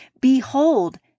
Behold